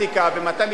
ומתי מתפזרת,